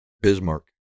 Bismarck